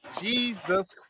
Jesus